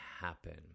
happen